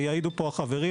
יעידו פה החברים,